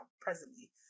presently